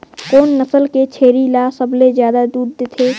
कोन नस्ल के छेरी ल सबले ज्यादा दूध देथे?